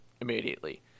immediately